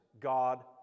God